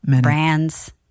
brands